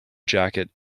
jacket